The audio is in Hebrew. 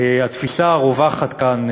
התפיסה הרווחת כאן,